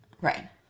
Right